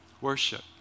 worship